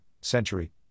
century